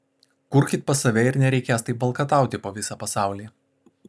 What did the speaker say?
kurkit pas save ir nereikės taip valkatauti po visą pasaulį